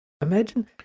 imagine